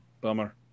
Bummer